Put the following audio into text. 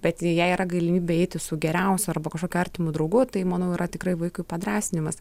bet jei yra galimybė eiti su geriausiu arba kažkokiu artimu draugu tai manau yra tikrai vaikui padrąsinimas